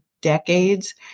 decades